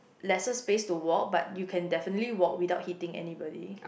lesser space to walk but you can definitely walk without hitting anybody